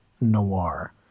Noir